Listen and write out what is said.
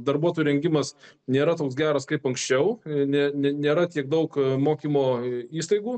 darbuotojų rengimas nėra toks geras kaip anksčiau ne ne nėra tiek daug mokymo įstaigų